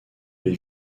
les